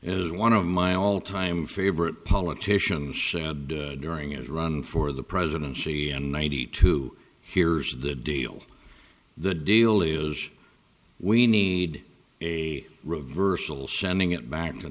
is one of my all time favorite politicians during its run for the presidency and ninety two here's the deal the deal is we need a reversal sending it back to